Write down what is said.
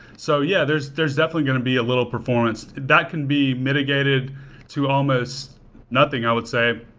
so yeah, there's there's definitely going to be a little performance. that can be mitigated to almost nothing, i would say,